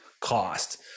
cost